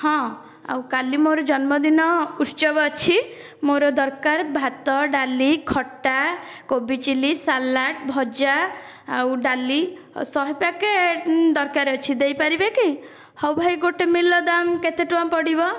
ହଁ କାଲି ମୋର ଜନ୍ମଦିନ ଉତ୍ସବ ଅଛି ମୋର ଦରକାର ଭାତ ଡାଲି ଖଟା କୋବି ଚିଲି ସାଲାଡ଼ ଭଜା ଆଉ ଡାଲି ଶହେ ପ୍ୟାକେଟ୍ ଦରକାର ଅଛି ଦେଇପାରିବେ କି ହେଉ ଭାଇ ଗୋଟିଏ ମିଲ୍ ର ଦାମ କେତେ ଟଙ୍କା ପଡ଼ିବ